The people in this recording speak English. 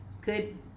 good